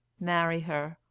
marry her,